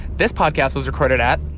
this podcast was recorded at.